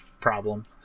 problem